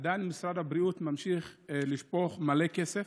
עדיין משרד הבריאות ממשיך לשפוך מלא כסף.